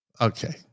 Okay